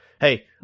Hey